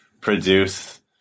produce